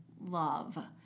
love